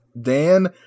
Dan